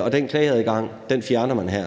og den klageadgang fjerner man her.